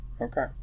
Okay